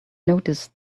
noticed